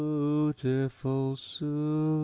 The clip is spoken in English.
ootiful soo